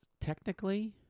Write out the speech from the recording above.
Technically